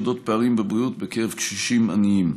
אודות פערים בבריאות בקרב קשישים עניים.